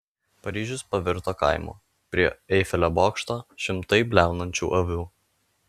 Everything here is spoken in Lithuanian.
paryžius pavirto kaimu prie eifelio bokšto šimtai bliaunančių avių